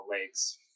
lakes